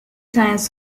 science